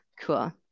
cool